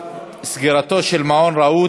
בעד,